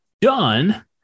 done